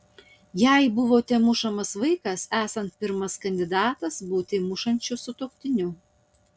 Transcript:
jei buvote mušamas vaikas esate pirmas kandidatas būti mušančiu sutuoktiniu